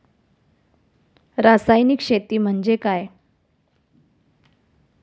रासायनिक शेती म्हणजे काय?